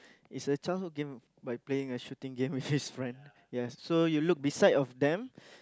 is a childhood game by playing a shooting game with his friend yes so you look beside of them